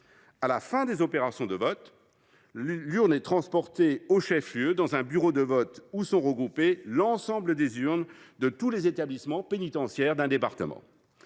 À la fin des opérations de vote, l’urne est transportée au chef lieu, dans un bureau de vote où sont regroupées les urnes de tous les établissements pénitentiaires du département.